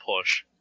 push